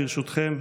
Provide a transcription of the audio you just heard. ברשותכם,